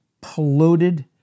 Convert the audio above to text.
polluted